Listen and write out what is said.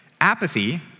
Apathy